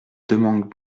demande